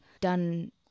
done